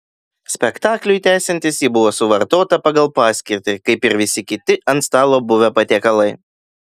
spektakliui tęsiantis ji buvo suvartota pagal paskirtį kaip ir visi kiti ant stalo buvę patiekalai